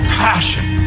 passion